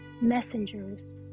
messengers